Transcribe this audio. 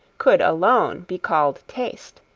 could alone be called taste.